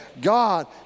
God